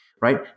Right